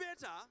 better